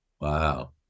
Wow